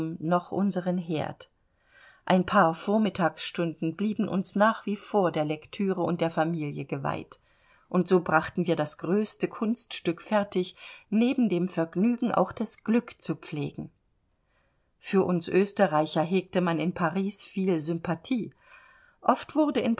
noch unseren herd ein paar vormittagsstunden blieben uns nach wie vor der lektüre und der familie geweiht und so brachten wir das größte kunststück fertig neben dem vergnügen auch das glück zu pflegen für uns österreicher hegte man in paris viel sympathie oft wurde